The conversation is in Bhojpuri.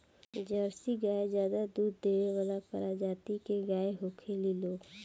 जर्सी गाय ज्यादे दूध देवे वाली प्रजाति के गाय होखेली लोग